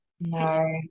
No